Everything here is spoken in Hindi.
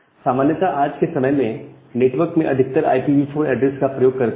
सामान्यत आज के समय के नेटवर्क में अधिकतर हम IPv4 एड्रेस का प्रयोग करते हैं